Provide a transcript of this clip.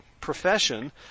profession